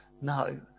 No